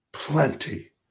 plenty